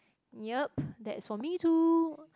yep that's for me too